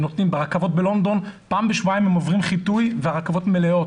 ברכבות בלונדון פעם בשבועיים הם עוברים חיטוי והרכבות מלאות,